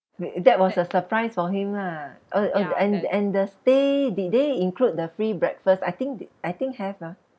wait that was a surprise for him lah orh uh and and the stay did they include the free breakfast I think th~ I think have ah